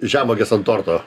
žemuogės ant torto